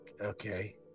okay